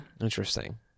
Interesting